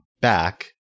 back